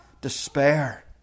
despair